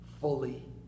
fully